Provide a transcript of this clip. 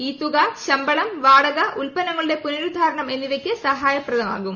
ഈ തുക ശമ്പളം വാടക ഉല്പന്നങ്ങളുടെ പുനരുദ്ധാരണം എന്നിവയ്ക്ക് സഹായപ്രദമാകും